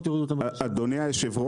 יורידו --- אז אני מוריד את המחיר של הפיקוח.